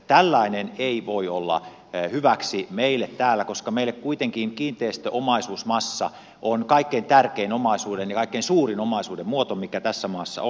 tällainen ei voi olla hyväksi meille täällä koska meille kuitenkin kiinteistöomaisuusmassa on kaikkein tärkein ja kaikkein suurin omaisuuden muoto mikä tässä maassa on